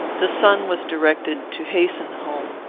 the son was directed to hasten home,